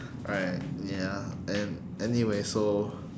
alright ya and anyway so